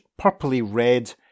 purpley-red